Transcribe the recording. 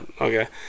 Okay